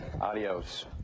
Adios